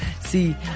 see